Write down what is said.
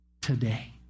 Today